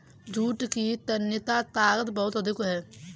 jute की तन्यता ताकत बहुत अधिक है